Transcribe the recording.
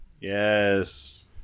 Yes